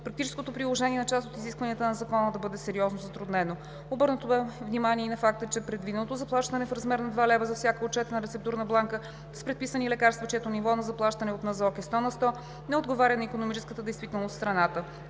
практическото приложение на част от изискванията на закона да бъде сериозно затруднено. Обърнато бе внимание и на факта, че предвиденото заплащане в размер на 2 лв. за всяка отчетена рецептурна бланка с предписани лекарства, чието ниво на заплащане от НЗОК е сто на сто, не отговаря на икономическата действителност в страната.